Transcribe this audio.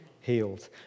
healed